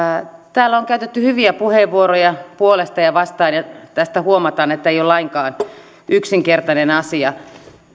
täällä on käytetty hyviä puheenvuoroja puolesta ja vastaan ja tästä huomataan ettei tämä ole lainkaan yksinkertainen asia